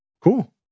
Cool